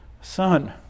son